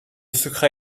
secret